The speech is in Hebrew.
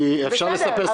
כי אפשר לספר סיפורים.